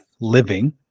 living